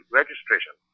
registration